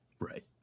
Right